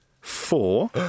four